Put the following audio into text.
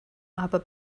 aber